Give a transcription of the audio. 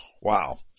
Wow